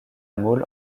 mole